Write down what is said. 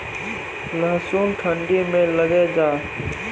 लहसुन ठंडी मे लगे जा?